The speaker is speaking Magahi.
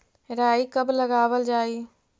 राई कब लगावल जाई?